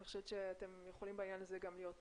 אני חושבת שאתם יכולים בעניין הזה גם להיות